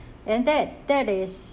and that that is